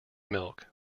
milk